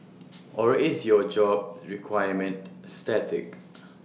or is your job requirement static